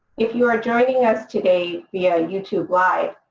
if you are joining us today via youtube live,